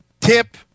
tip